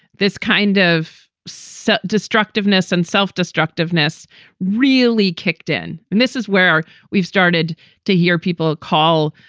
this kind of set, destructiveness and self destructiveness really kicked in. and this is where we've started to hear people call,